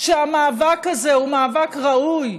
שהמאבק הזה הוא מאבק ראוי,